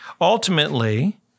Ultimately